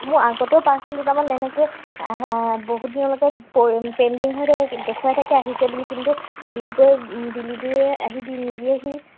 মোৰ আগতেও পাৰ্চেল দুটামান এনেকৈ বহুত দিনলৈকে পৰি পেণ্ডিং হৈ থাকে দেখুৱাই থাকে আহিছে বুলি কিন্তু ডিলিবৰ ডিলিবৰীৰে আহি দি নিদিয়েহি